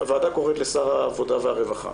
הוועדה קוראת לשר העבודה והרווחה,